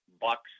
bucks